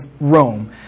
Rome